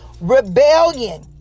rebellion